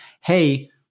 Hey